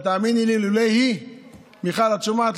תאמיני לי, לולי היא, מיכל, את שומעת?